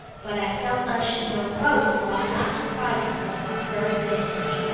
but i felt i should know most by not depriving her of her advantage,